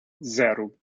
zero